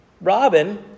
Robin